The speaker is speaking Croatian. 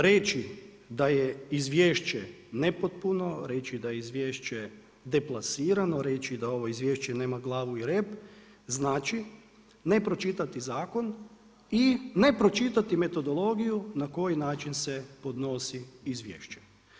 Reći da je izvješće nepotpuno, reći da je izvješće deplasirano, reći da ovo izvješće nema glavu i rep, znači nepročitani zakon i ne pročitati metodologiju na koji način se podnosi izvješće.